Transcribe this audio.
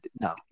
no